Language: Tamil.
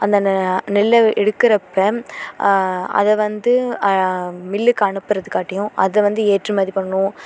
அந்த நெ நெல்லை எடுக்கிறப்ப அதை வந்து மில்லுக்கு அனுப்புகிறதுக்காட்டியும் அதை வந்து ஏற்றுமதி பண்ணணும்